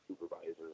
supervisors